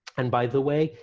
and by the way,